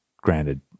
granted